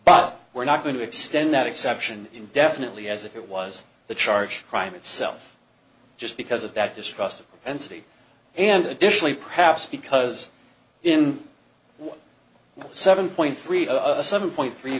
bob we're not going to extend that exception indefinitely as if it was the charge crime itself just because of that distrust and city and additionally perhaps because in one seven point three seven point three